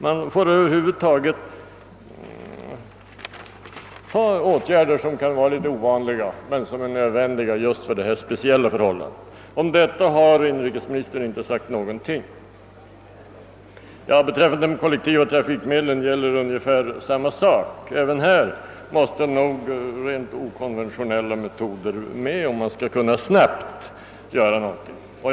Man måste över huvud taget tillgripa de åtgärder som behövs — även om de skulle vara litet ovanliga — just för dessa speciella förhållanden. Om detta har inrikesministern inte sagt någonting. Beträffande de kollektiva trafikmedlen gäller ungefär samma sak. Även här måste nog okonventionella metoder sättas in, om man skall kunna snabbt nå några resultat.